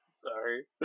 sorry